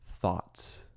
thoughts